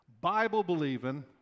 Bible-believing